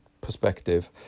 perspective